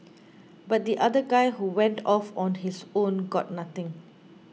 but the other guy who went off on his own got nothing